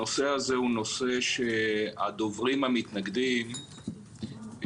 הנושא הזה הוא נושא שהדוברים המתנגדים אינם